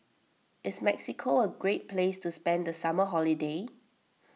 is Mexico a great place to spend the summer holiday